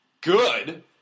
Good